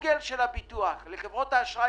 ערבית-חרדית ביחד, או אחת ערבית ואחת חרדית?